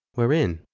wherein?